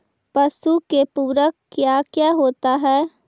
पशु के पुरक क्या क्या होता हो?